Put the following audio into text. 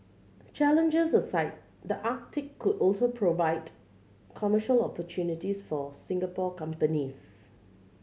challenges aside the Arctic could also provide commercial opportunities for Singapore companies